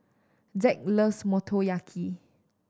Zack loves Motoyaki